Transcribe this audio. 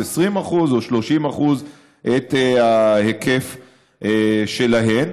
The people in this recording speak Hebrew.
20% או 30% את ההיקף שלהן.